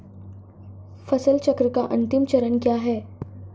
फसल चक्र का अंतिम चरण क्या है?